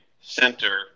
center